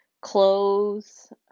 clothes